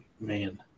man